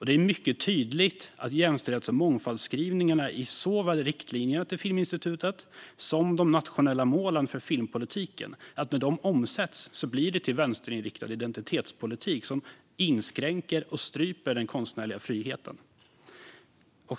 Det är mycket tydligt att jämställdhets och mångfaldsskrivningarna i såväl riktlinjerna till Filminstitutet som de nationella målen för filmpolitiken när de omsätts blir till vänsterinriktad identitetspolitik som inskränker och stryper den konstnärliga friheten.